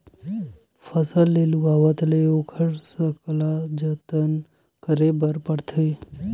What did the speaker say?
फसल के लुवावत ले ओखर सकला जतन करे बर परथे